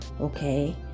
okay